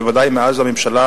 בוודאי מאז הממשלה